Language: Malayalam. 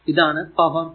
ഇതാണ് പവർ p